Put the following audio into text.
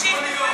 שיפתחו את הדלת,